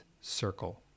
Circle